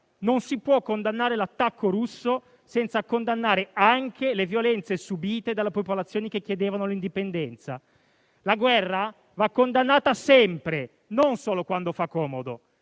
non si può condannare l'attacco russo senza condannare anche le violenze subite dalle popolazioni che chiedevano l'indipendenza. La guerra va condannata sempre, non solo quando fa comodo